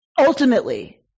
ultimately